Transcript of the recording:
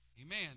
Amen